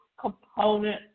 component